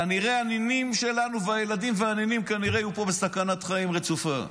כנראה הילדים שלנו והנכדים והנינים יהיו פה בסכנת חיים רצופה.